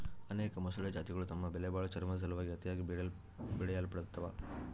ಅನೇಕ ಮೊಸಳೆ ಜಾತಿಗುಳು ತಮ್ಮ ಬೆಲೆಬಾಳೋ ಚರ್ಮುದ್ ಸಲುವಾಗಿ ಅತಿಯಾಗಿ ಬೇಟೆಯಾಡಲ್ಪಡ್ತವ